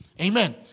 Amen